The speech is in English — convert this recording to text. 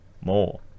more